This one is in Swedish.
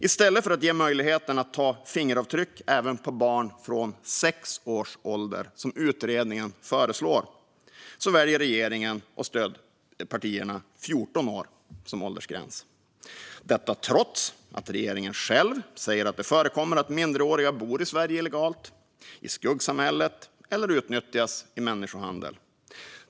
I stället för att ge möjligheten att ta fingeravtryck även på barn från 6 års ålder, som utredningen föreslår, väljer regeringen och stödpartierna 14 år som åldersgräns. Detta gör man trots att regeringen själv säger att det förekommer att minderåriga bor i Sverige illegalt, i skuggsamhället, eller utnyttjas i människohandel.